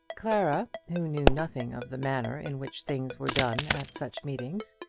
clara, who knew nothing of the manner in which things were done at such meetings,